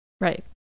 Right